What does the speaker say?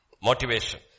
Motivation